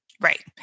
Right